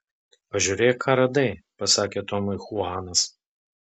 pažiūrėk ką radai pasakė tomui chuanas